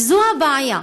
וזאת הבעיה,